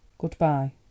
Goodbye